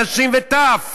נשים וטף.